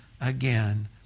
again